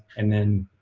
and then,